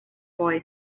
boy